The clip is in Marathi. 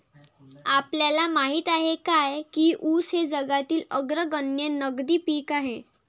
आपल्याला माहित आहे काय की ऊस हे जगातील अग्रगण्य नगदी पीक आहे?